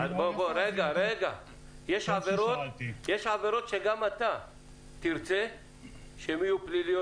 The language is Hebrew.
יש עבירות שגם אתה תרצה שהן יהיו פליליות.